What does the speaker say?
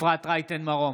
נגד אפרת רייטן מרום,